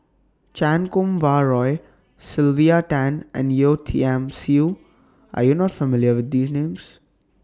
Chan Kum Wah Roy Sylvia Tan and Yeo Tiam Siew Are YOU not familiar with These Names